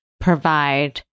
provide